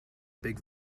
big